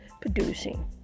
producing